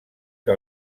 que